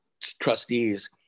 trustees